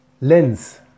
lens